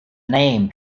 name